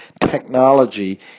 technology